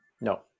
No